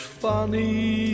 funny